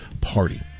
Party